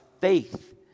faith